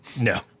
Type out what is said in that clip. No